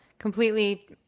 completely